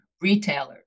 retailers